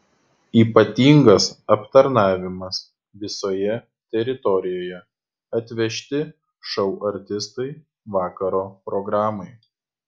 ypatingas aptarnavimas visoje teritorijoje atvežti šou artistai vakaro programai